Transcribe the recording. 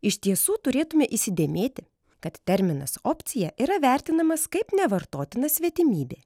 iš tiesų turėtume įsidėmėti kad terminas opcija yra vertinamas kaip nevartotina svetimybė